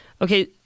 Okay